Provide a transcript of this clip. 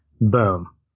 Boom